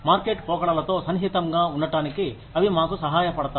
market పోకడలతో సన్నిహితంగా ఉండటానికి అవి మాకు సహాయపడతాయి